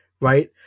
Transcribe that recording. right